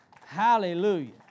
Hallelujah